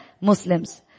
Muslims